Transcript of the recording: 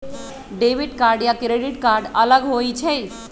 Debit card या credit card अलग होईछ ई?